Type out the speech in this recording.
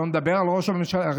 שלא נדבר על ראש הממשלה,